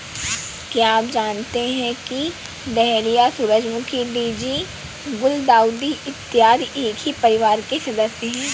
क्या आप जानते हैं कि डहेलिया, सूरजमुखी, डेजी, गुलदाउदी इत्यादि एक ही परिवार के सदस्य हैं